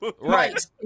Right